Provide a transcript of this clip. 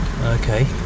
Okay